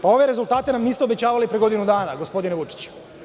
Ove rezultate nam niste obećavali pre godinu dana, gospodine Vučiću.